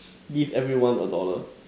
give everyone a dollar